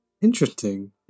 Interesting